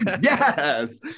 Yes